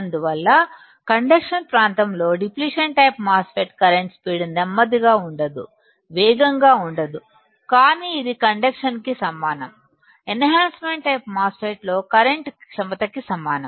అందువల్ల కండక్షన్ ప్రాంతంలో depletion type MOSFET current speed నెమ్మదిగా ఉండదు వేగంగా ఉండదు కానీ ఇది కండక్షన్కి సమానం enhancement type MOSFET లో కరెంటు క్షమత కి సమానం